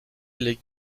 les